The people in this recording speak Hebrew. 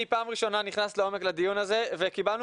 אני פעם ראשונה נכנס לעומק לדיון הזה וקיבלנו